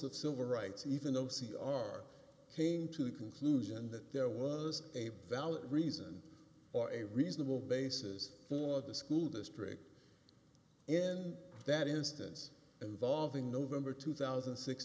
of civil rights even though c r came to the conclusion that there was a valid reason or a reasonable basis for the school district in that instance involving november two thousand